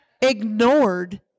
ignored